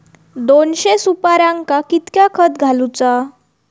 दोनशे सुपार्यांका कितक्या खत घालूचा?